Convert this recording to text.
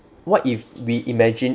what if we imagine